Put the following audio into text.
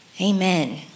Amen